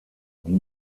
die